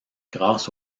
grâce